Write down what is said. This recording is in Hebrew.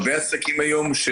היום,